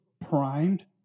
primed